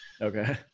okay